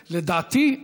לדעתי,